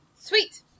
Sweet